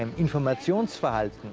um informations files